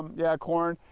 yeah corn,